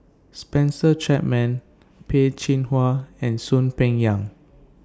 Spencer Chapman Peh Chin Hua and Soon Peng Yam